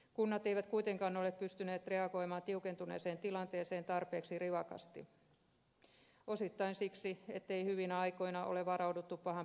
kunnat eivät kuitenkaan ole pystyneet reagoimaan tiukentuneeseen tilanteeseen tarpeeksi rivakasti osittain siksi ettei hyvinä aikoina ole varauduttu pahan päivän varalle